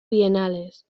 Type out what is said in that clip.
bienales